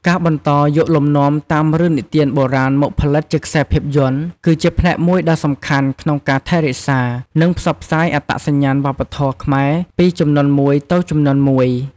ការបន្តយកលំនាំតាមរឿងនិទានបុរាណមកផលិតជាខ្សែភាពយន្ត គឺជាផ្នែកមួយដ៏សំខាន់ក្នុងការថែរក្សា និងផ្សព្វផ្សាយអត្តសញ្ញាណវប្បធម៌ខ្មែរពីជំនាន់មួយទៅជំនាន់មួយ។